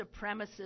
supremacist